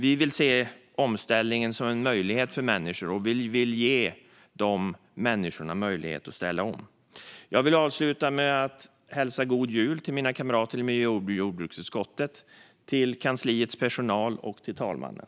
Vi vill se omställningen som en möjlighet för människor, och vi vill ge människorna möjlighet att ställa om. Jag vill avsluta med att hälsa god jul till mina kamrater i miljö och jordbruksutskottet, till kansliets personal och till talmannen.